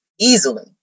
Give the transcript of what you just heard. easily